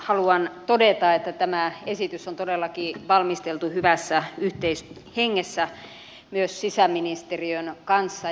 haluan todeta että tämä esitys on todellakin valmisteltu hyvässä yhteishengessä myös sisäministeriön kanssa